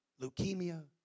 leukemia